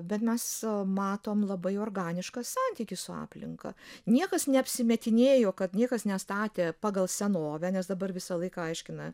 bet mes matom labai organišką santykį su aplinka niekas neapsimetinėjo kad niekas nestatė pagal senovę nes dabar visą laiką aiškina